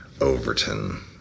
Overton